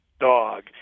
dog